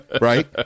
right